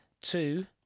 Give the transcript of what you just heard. Two